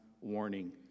warning